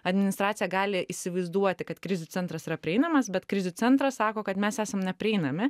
administracija gali įsivaizduoti kad krizių centras yra prieinamas bet krizių centras sako kad mes esam neprieinami